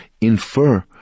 infer